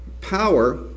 power